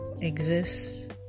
exists